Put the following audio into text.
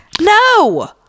No